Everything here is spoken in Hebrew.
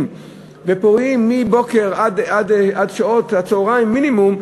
ופוריים מבוקר עד שעות הצהריים מינימום,